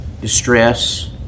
distress